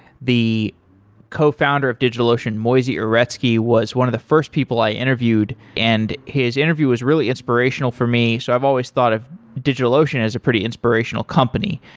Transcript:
the co-founder of digital ocean moisey uretsky was one of the first people i interviewed and his interview was really inspirational for me, so i've always thought of digitalocean as a pretty inspirational company.